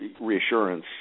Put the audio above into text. reassurance